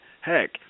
heck